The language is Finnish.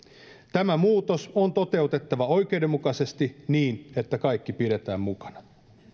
tämä muutos on toteutettava oikeudenmukaisesti niin että kaikki pidetään mukana